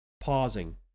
pausing